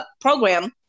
program